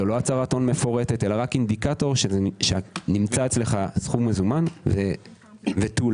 זה לא הצהרת הון מפורטת אלא רק אינדיקטור שנמצא אצלך סכום מזומן ותו לא.